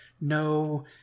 no